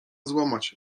złamać